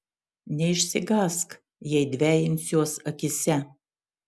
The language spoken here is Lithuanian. neišsigąsk jei dvejinsiuos akyse